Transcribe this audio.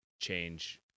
change